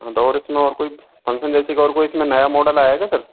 हाँ तो और इसमें और कोई फंक्शन जैसी कि और कोई इसमें नया मॉडल आया क्या सर